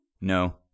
no